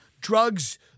drugs